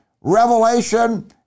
revelation